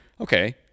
okay